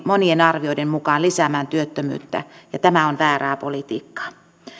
monien arvioiden mukaan lisäämään työttömyyttä ja tämä on väärää politiikkaa